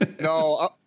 No